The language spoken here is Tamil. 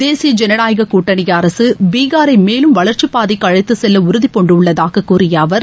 தேசிய ஜனநாயக கூட்டணி அரசு பீகாரை மேலும் வளர்ச்சி பாதைக்கு அழைத்து சுசெல்ல உறதிப்பூண்டுள்ளதாக கூறிய அவர்